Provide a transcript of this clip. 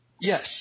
Yes